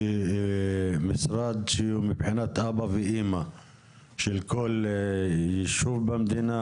כמשרד שהוא מבחינת אבא ואימא של כל יישוב במדינה.